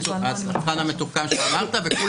כמו שאמרת.